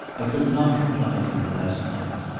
i could not reply to you last night.